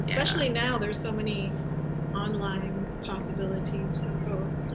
especially now there's so many online possibilities for folks.